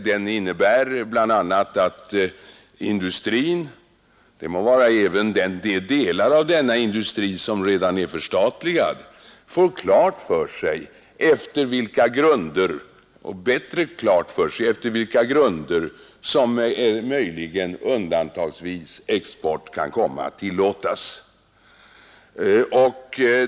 Den innebär bl.a. att industrin — det må vara även de delar av denna industri som redan är förstatligade — får bättre klart för sig efter vilka grunder som möjligen undantagsvis export kan komma att tillåtas.